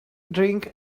drink